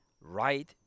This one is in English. right